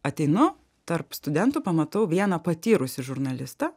ateinu tarp studentų pamatau vieną patyrusį žurnalistą